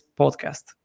podcast